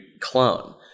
clone